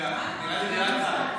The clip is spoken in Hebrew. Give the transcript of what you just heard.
נראה לי דילגת עליי.